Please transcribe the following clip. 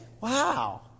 Wow